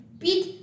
beat